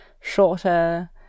shorter